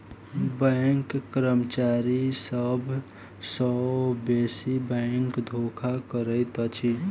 bank कर्मचारी सभ सॅ बेसी बैंक धोखा करैत अछि